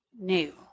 new